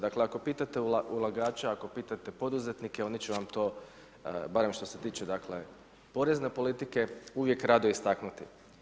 Dakle ako pitate ulagače, ako pitate poduzetnike, oni će vam to barem što se tiče porezne politike uvijek rado istaknuti.